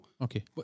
Okay